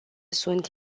sunt